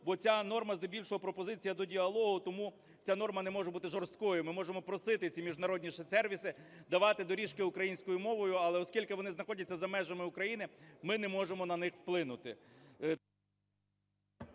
бо ця норма здебільшого пропозиція до діалогу, тому ця норма не може бути жорсткою. Ми можемо просити ці міжнародні сервіси давати доріжки українською мовою, але оскільки вони знаходяться за межами України, ми не можемо на них вплинути…